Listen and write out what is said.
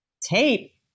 tape